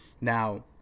Now